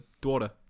daughter